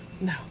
No